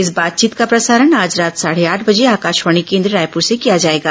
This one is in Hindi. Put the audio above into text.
इस बातचीत का प्रसारण आज रात साढ़े आठ बजे आकाशवाणी केन्द्र रायपुर से किया जाएगा